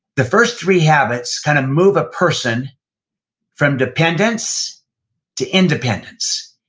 the first three habits kind of move a person from dependence to independence.